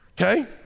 Okay